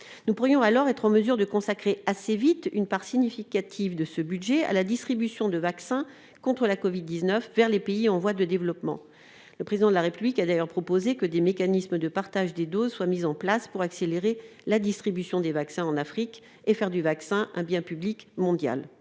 Nous pourrions alors être en mesure de consacrer assez vite une part significative de ce budget à la distribution de vaccins contre la covid-19 vers les pays en voie de développement. Le Président de la République a d'ailleurs proposé que des mécanismes de partage des doses soient mis en place pour accélérer la distribution des vaccins en Afrique et faire du vaccin un bien public mondial.